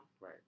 Right